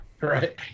Right